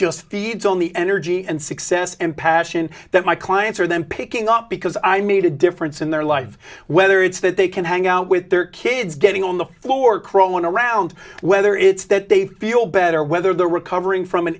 just feeds on the energy and success and passion that my clients are then picking up because i made a difference in their life whether it's that they can hang out with their kids getting on the floor crawling around whether it's that they feel better whether they're recovering from an